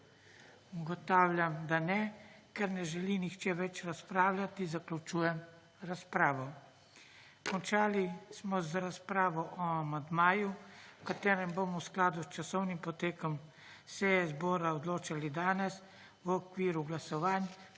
Ugotavljam, da ne. Ker ne želi nihče več razpravljati, zaključujem razpravo. Končali smo z razpravo o amandmaju v katerem bomo v skladu s časovnim potekom seje zbora odločali danes v okviru glasovanj